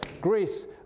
Greece